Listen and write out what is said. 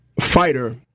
fighter